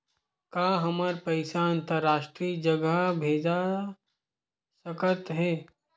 का हमर पईसा अंतरराष्ट्रीय जगह भेजा सकत हे?